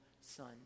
son